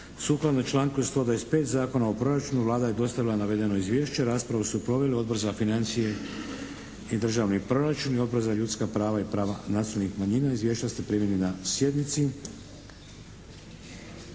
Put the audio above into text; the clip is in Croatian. Sukladno članku 125. Zakona o proračunu Vlada je dostavila navedeno Izvješće. Raspravu su proveli Odbor za financije i državni proračun i Odbor za ljudska prava i prava nacionalnih manjina. Izvješća ste primili na sjednici.